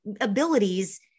abilities